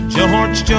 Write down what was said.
George